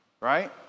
right